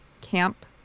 camp